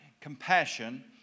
compassion